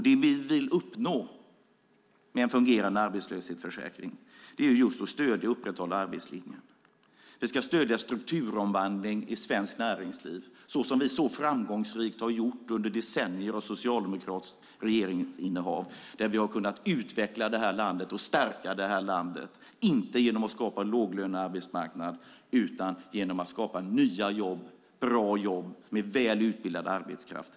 Det vi vill uppnå med en fungerande arbetslöshetsförsäkring är att stödja och upprätthålla arbetslinjen. Vi ska stödja strukturomvandling i svenskt näringsliv, vilket vi så framgångsrikt gjort under decennier av socialdemokratiskt regeringsinnehav. Vi ska utveckla och stärka landet, inte genom att skapa en låglönearbetsmarknad utan genom att skapa nya och bra jobb med välutbildad arbetskraft.